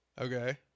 okay